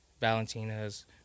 Valentina's